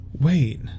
Wait